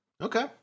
okay